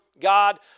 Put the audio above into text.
God